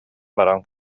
баран